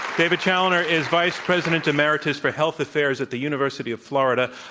david challoner is vice president emeritus for health affairs at the university of florida.